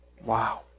Wow